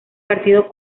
partido